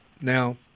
now